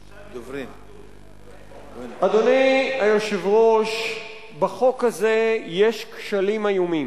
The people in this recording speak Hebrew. זה, אדוני היושב-ראש, בחוק הזה יש כשלים איומים.